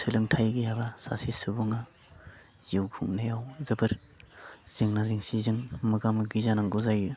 सोलोंथाइ गैयाबा सासे सुबुङा जिउ खुंनायाव जोबोर जेंना जेंसिजों मोगा मोगि जानांगौ जायो